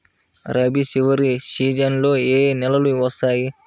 రబీ చివరి సీజన్లో ఏ నెలలు వస్తాయి?